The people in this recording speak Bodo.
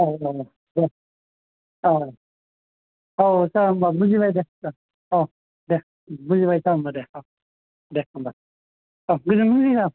औ औ औ दे औ औ सार होनबा बुजिबाय सार दे ओ औ दे बुजिबाय सार होनबा दे औ दे होनबा औ गोजोन्थोंसै सार